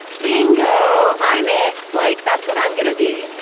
bingo, i'm it, like that's what i'm gonna be,